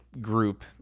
group